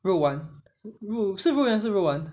肉丸肉是肉圆还是肉丸